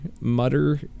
mutter